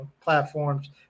platforms